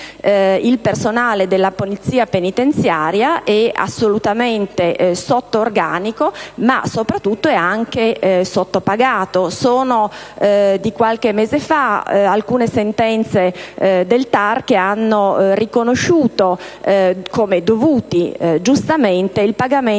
il personale della Polizia penitenziaria è assolutamente sotto organico, e soprattutto è sottopagato. Sono di qualche mese fa alcune sentenze del TAR che hanno riconosciuto come dovuto giustamente il pagamento